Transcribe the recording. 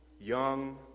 young